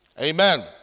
Amen